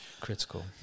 critical